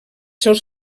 seus